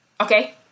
Okay